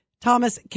Thomas